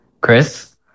Chris